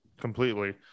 completely